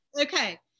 Okay